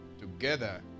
Together